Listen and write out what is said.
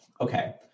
Okay